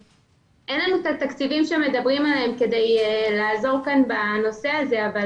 אין לנו את התקציבים שמדברים עליהם כדי לעזור בנושא הזה אבל